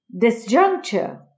disjuncture